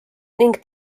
ning